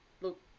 look